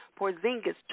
Porzingis